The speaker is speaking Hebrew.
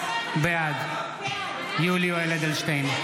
בעד יולי יואל אדלשטיין,